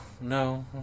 no